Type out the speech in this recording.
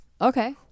Okay